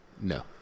No